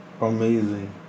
amazing